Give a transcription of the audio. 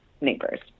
neighbors